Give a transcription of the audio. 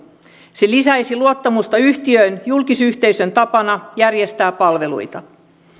se lisäisi luottamusta yhtiöön julkisyhteisön tapana järjestää palveluita